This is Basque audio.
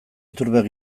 iturbek